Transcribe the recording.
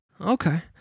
Okay